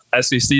SEC